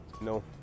No